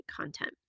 content